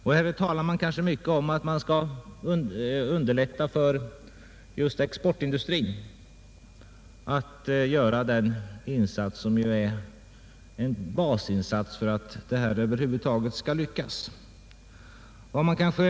Det talas mycket om angelägenheten av att förbättra förhållandena för exportindustrin så att denna skall kunna göra den basinsats, som är en förutsättning för att vi över huvud taget skall lyckas med våra föresatser.